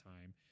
time